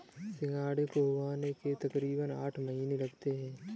सिंघाड़े को उगने में तकरीबन आठ महीने लगते हैं चिंटू